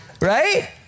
right